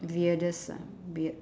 weirdest ah weird